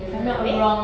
mm habis